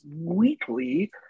weekly